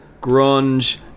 grunge